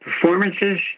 performances